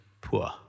poor